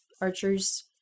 archers